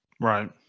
Right